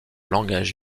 langage